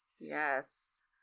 Yes